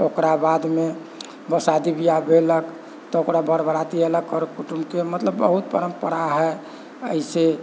ओकरा बादमे शादी बिआह भेलक तऽ ओकरा बड़ बराती अएलक कर कुटुम्बके मतलब बहुत परम्परा हइ अइसे